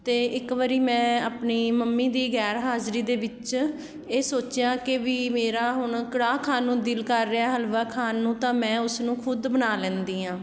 ਅਤੇ ਇੱਕ ਵਾਰੀ ਮੈਂ ਆਪਣੀ ਮੰਮੀ ਦੀ ਗੈਰ ਹਾਜ਼ਰੀ ਦੇ ਵਿੱਚ ਇਹ ਸੋਚਿਆ ਕਿ ਵੀ ਮੇਰਾ ਹੁਣ ਕੜਾਹ ਖਾਣ ਨੂੰ ਦਿਲ ਕਰ ਰਿਹਾ ਹਲਵਾ ਖਾਣ ਨੂੰ ਤਾਂ ਮੈਂ ਉਸ ਨੂੰ ਖੁਦ ਬਣਾ ਲੈਂਦੀ ਹਾਂ